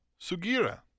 Sugira